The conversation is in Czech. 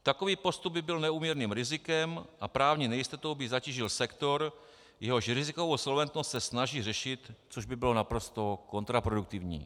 Takový postup by byl neúměrným rizikem a právní nejistotou by zatížil sektor, jehož rizikovou solventnost se snaží řešit, což by bylo naprosto kontraproduktivní.